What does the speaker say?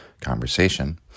conversation